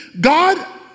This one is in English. God